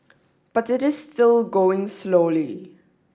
but it is still going slowly